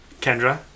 Kendra